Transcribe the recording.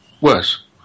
worse